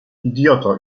idioto